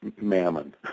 mammon